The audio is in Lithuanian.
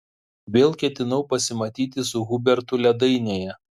vėl ketinau pasimatyti su hubertu ledainėje